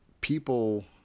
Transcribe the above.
people